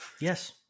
Yes